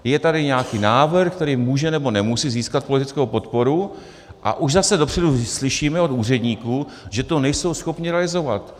Je tady nějaký návrh, který může, nebo nemusí získat politickou podporu, a už zase dopředu slyšíme od úředníků, že to nejsou schopni realizovat.